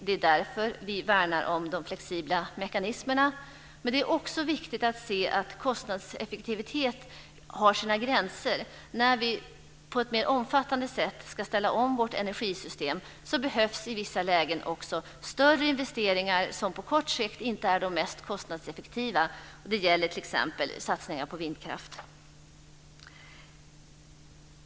Det är därför vi värnar de flexibla mekanismerna. Men det är också viktigt att se att kostnadseffektivitet har sina gränser. När vi på ett mer omfattande sätt ska ställa om vårt energisystem behövs i vissa lägen större investeringar som på sikt inte är de mest kostnadseffektiva. Det gäller t.ex. satsningar på vindkraft.